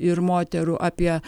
ir moterų apie